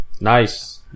Nice